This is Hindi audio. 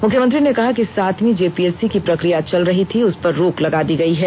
मुख्यमंत्री ने कहा कि सातवीं जेपीएससी की प्रक्रिया चल रही थीउस पर रोक लगा दी गयी है